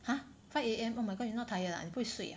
!huh! five A_M oh my god you not tired ah 你不会睡